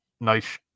nice